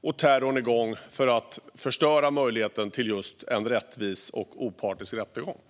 och terror igång för att förstöra möjligheten till en rättvis och opartisk rättegång.